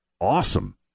awesome